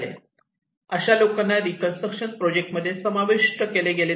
अशा लोकांना reconstruction project मध्ये समाविष्ट केले गेले नाही